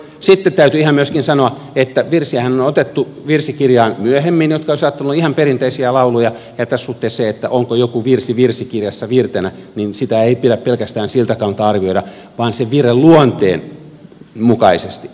sitten täytyy ihan myöskin sanoa että virsikirjaanhan on otettu myöhemmin virsiä jotka ovat saattaneet olla ihan perinteisiä lauluja ja tässä suhteessa sitä onko joku virsi virsikirjassa virtenä ei pidä pelkästään siltä kannalta arvioida vaan sen virren luonteen mukaisesti